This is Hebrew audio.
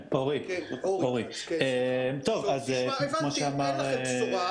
הבנתי, אין לכם בשורה.